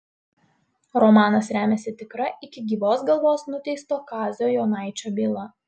romanas remiasi tikra iki gyvos galvos nuteisto kazio jonaičio byla